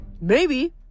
Maybe